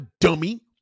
dummy